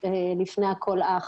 לפני הכל אח'.